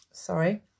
Sorry